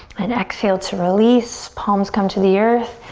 and exhale to release, palms come to the earth.